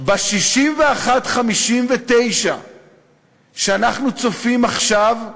ב-61 59 שאנחנו צופים עכשיו,